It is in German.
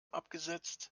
abgesetzt